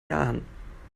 jahren